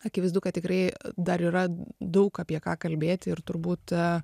akivaizdu kad tikrai dar yra daug apie ką kalbėti ir turbūt